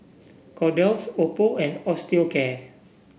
Kordel's Oppo and Osteocare